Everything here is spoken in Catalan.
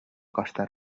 costa